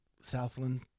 Southland